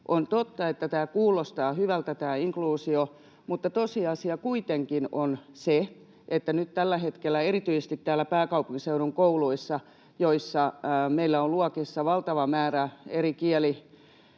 On totta, että tämä inkluusio kuulostaa hyvältä, mutta tosiasia kuitenkin on se, että nyt tällä hetkellä erityisesti täällä pääkaupunkiseudun kouluissa meillä on luokissa valtava määrä eri kieltä